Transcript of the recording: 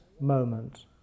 moment